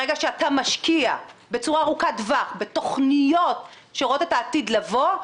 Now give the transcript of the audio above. ברגע שאתה משקיע בצורה ארוכת טווח בתכניות שרואות את העתיד לבוא,